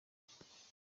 ikigega